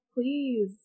Please